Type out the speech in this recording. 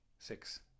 six